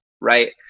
right